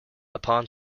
upon